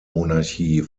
monarchie